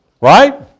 Right